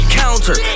counter